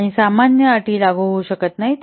आणि सामान्य अटी लागू होऊ शकत नाहीत